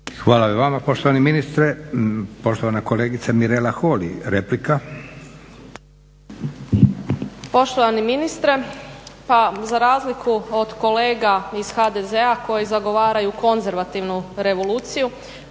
Hvala i vama poštovani ministre. Poštovana kolegica Mirela Holy, replika. **Holy, Mirela (ORaH)** Poštovani ministre, pa za razliku od kolega iz HDZ-a koji zagovaraju konzervativnu revoluciju